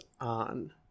on